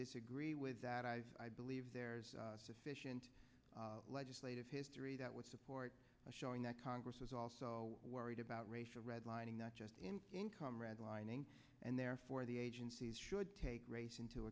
disagree with that as i believe there's sufficient legislative history that would support showing that congress was also worried about racial redlining not just in income redlining and therefore the agencies should take race into